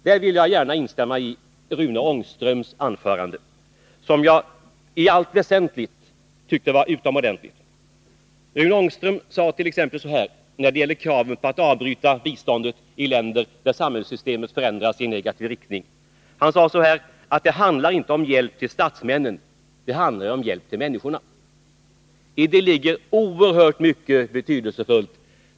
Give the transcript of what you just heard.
Här vill jag gärna instämma i Rune Ångströms anförande, som jag i allt väsentligt tyckte var bra. Rune Ångström sade t.ex. när det gäller kravet på att avbryta biståndet till länder där samhällssystemet har förändrats i negativ riktning: Det handlar inte om hjälp till statsmännen, det handlar om hjälp till människorna. I det ligger något oerhört betydelsefullt.